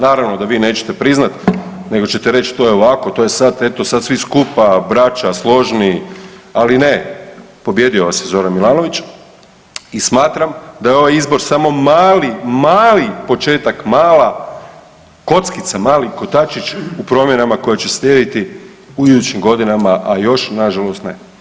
Naravno da vi nećete priznati nego ćete reći to je ovako, to je sad, eto sad svi skupa braća složni, ali ne pobijedio vas je Zoran Milanović i smatram da je ovaj izbor samo mali, mali početak, mala kockica, mali kotačić u promjenama koje će slijediti u idućim godinama, a još nažalost ne.